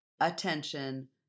attention